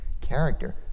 character